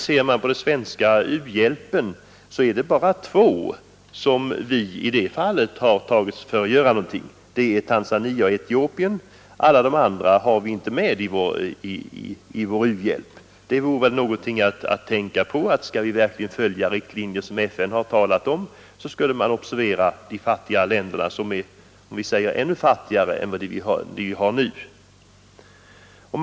Ser man på den svenska u-hjälpen är det emellertid bara två länder som vi i det fallet har gjort någonting för; det är Tanzania och Etiopien — alla de andra länderna har vi inte med i vår u-hjälp. Det vore någonting att tänka på, att om vi skall följa de riktlinjer som FN har angivit, bör vi också observera de verkligt fattiga länderna, dvs. de länder som är ännu 19 fattigare än dem vi nu lämnar hjälp till.